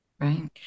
Right